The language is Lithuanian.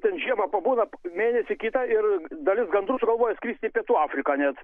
ten žiemą pabūna mėnesį kitą ir dalis gandrų sugalvoja skristi į pietų afriką net